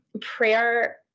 prayer